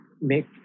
make